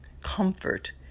comfort